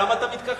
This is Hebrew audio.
למה אתה מתכחש?